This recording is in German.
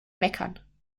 meckern